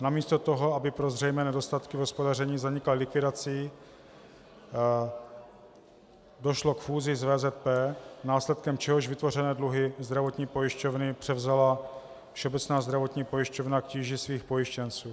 Namísto toho, aby pro zřejmé nedostatky v hospodaření zanikla likvidací, došlo k fúzi s VZP, následkem čehož vytvořené dluhy zdravotní pojišťovny převzala Všeobecná zdravotní pojišťovna k tíži svých pojištěnců.